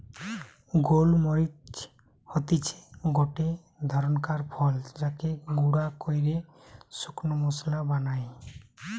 গোল মরিচ হতিছে গটে ধরণকার ফল যাকে গুঁড়া কইরে শুকনা মশলা বানায়